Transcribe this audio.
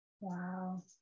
Wow